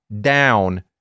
down